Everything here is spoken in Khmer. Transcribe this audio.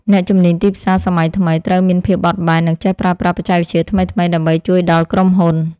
អ្នកជំនាញទីផ្សារសម័យថ្មីត្រូវមានភាពបត់បែន និងចេះប្រើប្រាស់បច្ចេកវិទ្យាថ្មីៗដើម្បីជួយដល់ក្រុមហ៊ុន។